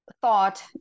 Thought